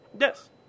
Yes